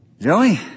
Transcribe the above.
Joey